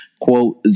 Quote